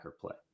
play